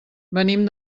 venim